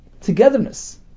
togetherness